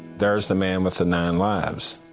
there is the man with the nine lives.